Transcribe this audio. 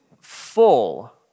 full